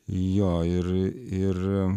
jo ir ir